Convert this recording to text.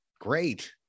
great